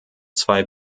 zwei